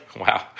wow